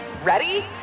Ready